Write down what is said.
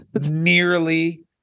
nearly